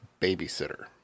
babysitter